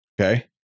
okay